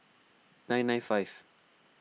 nine nine five